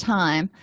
time